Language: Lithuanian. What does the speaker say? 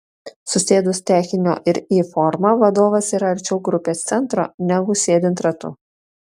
susėdus tekinio ir y forma vadovas yra arčiau grupės centro negu sėdint ratu